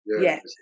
yes